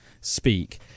speak